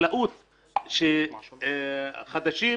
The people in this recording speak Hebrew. חקלאות חדשים.